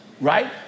right